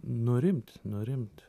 nurimt nurimt